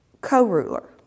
co-ruler